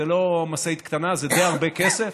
זו לא משאית קטנה, זה די הרבה כסף,